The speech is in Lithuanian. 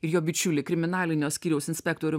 ir jo bičiulį kriminalinio skyriaus inspektorių